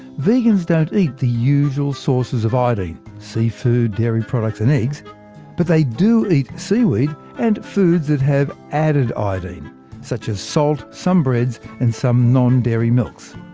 vegans don't eat the usual sources of iodine seafood, dairy products and eggs but they do eat seaweed, and foods that have added iodine such as salt, some breads, and some non-dairy milks.